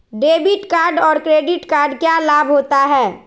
Debit card और credit card क्या लाभ होता है?